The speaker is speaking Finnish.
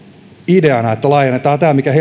ideana on että laajennetaan tämä mikä